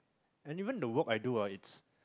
and even the work I do ah it's